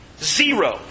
Zero